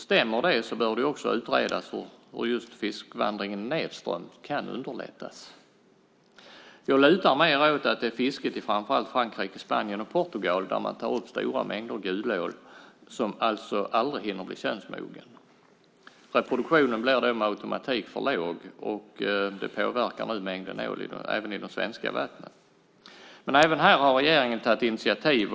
Stämmer det bör det också utredas hur fiskvandringen nedströms kan underlättas. Jag lutar mer åt att det är fisket i framför allt Frankrike, Spanien och Portugal, där man tar upp stora mängder gulål som alltså aldrig hinner bli könsmogen. Reproduktionen blir då med automatik för låg, och det påverkar nu mängden ål även i svenska vatten. Men även här har regeringen tagit initiativ.